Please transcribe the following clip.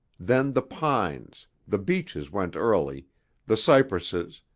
then the pines the beeches went early the cypresses,